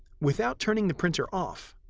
without turning the printer off,